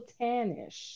tannish